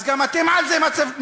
אז גם על זה אתם מצפצפים?